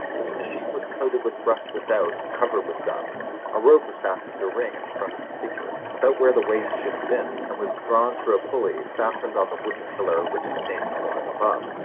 this machine was coated with rust without, and covered with dust a rope was fastened to a ring in the front of the figure, about where the waist should have been, and was drawn through a pulley, fastened on the wooden pillar which sustained the flooring above.